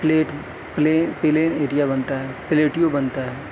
plate پلے plain area بنتا ہے پلیٹیو بنتا ہے